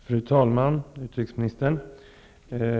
Fru talman! Utrikesministern!